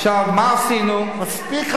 מספיק,